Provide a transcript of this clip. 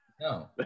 No